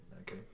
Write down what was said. Okay